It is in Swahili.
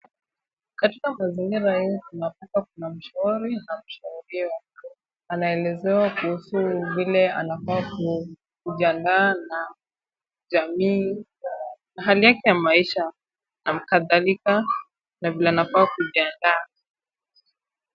Katika mazingira hiintunapata kuna mshauri na mshauriwa. Anaelezewa kuhusu vile anafaa kujiandaa na jamii na hali yake ya maisha. Halkadhalika na vle anafaa kujiandaa.